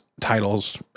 titles